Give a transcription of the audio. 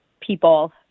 people